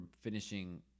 finishing